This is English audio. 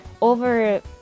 over